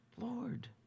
Lord